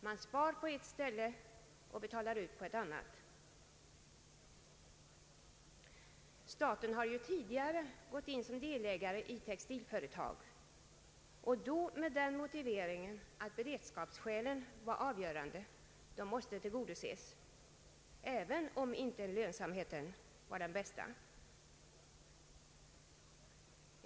Man spar på ett ställe och betalar ut på ett annat. Staten har ju tidigare gått in som delägare i textilföretag och då med den motiveringen att beredskapsskälen var avgörande och måste tillgodoses även om lönsamheten inte är den bästa.